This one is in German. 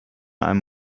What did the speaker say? einem